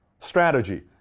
strategy.